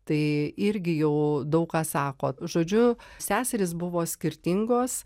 tai irgi jau daug ką sako žodžiu seserys buvo skirtingos